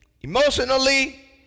emotionally